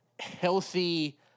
healthy